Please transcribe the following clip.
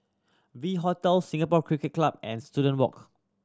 V Hotel Singapore Cricket Club and Student Walk